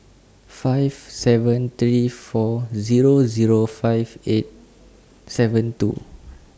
five seven three four Zero Zero five eight seven two